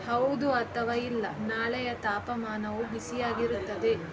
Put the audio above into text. ಹೌದು ಅಥವಾ ಇಲ್ಲ ನಾಳೆಯ ತಾಪಮಾನವು ಬಿಸಿಯಾಗಿರುತ್ತದೆ